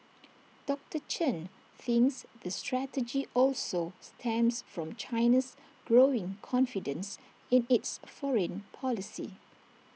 doctor Chen thinks the strategy also stems from China's growing confidence in its foreign policy